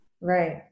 Right